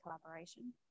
collaboration